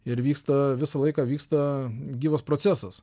ir vyksta visą laiką vyksta gyvas procesas